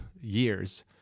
years